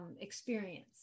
experience